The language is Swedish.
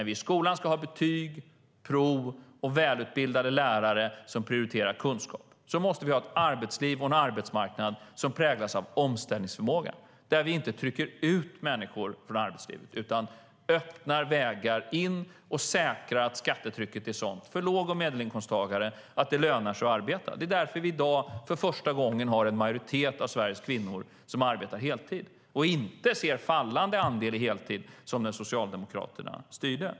I skolan ska vi ha betyg, prov och välutbildade lärare som prioriterar kunskap. Arbetslivet och arbetsmarknaden måste präglas av omställningsförmåga. Vi ska inte trycka ut människor från arbetslivet utan öppna vägar in och säkra att skattetrycket är sådant för låg och medelinkomsttagare att det lönar sig att arbeta. Det är därför vi i dag för första gången ser en majoritet av Sveriges kvinnor arbeta heltid och inte ser fallande andel i heltid som när Socialdemokraterna styrde.